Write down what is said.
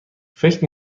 فکر